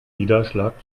niederschlag